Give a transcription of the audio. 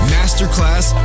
Masterclass